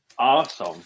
Awesome